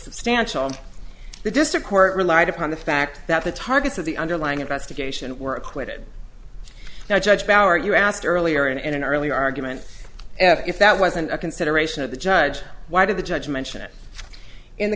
substantial the district court relied upon the fact that the targets of the underlying investigation were acquitted now judge power you asked earlier and in an earlier argument if that wasn't a consideration of the judge why did the judge mention it in the